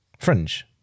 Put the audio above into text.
fringe